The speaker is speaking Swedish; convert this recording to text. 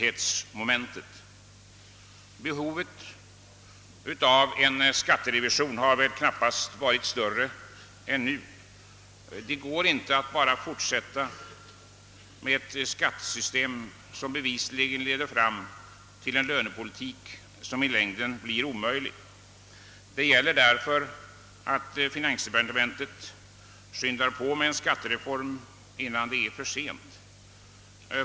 Behovet av en skatterevision har väl knappast varit större än det är nu. Det går inte att bara fortsätta med ett skattesystem som =: bevisligen leder fram till en lönepolitik som i längden blir omöjlig. Därför gäller det att finansdepartementet skyndar på med en skattereform innan det är för sent.